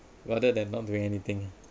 rather than not doing anything